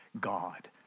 God